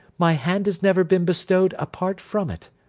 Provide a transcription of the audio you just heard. my hand has never been bestowed apart from it.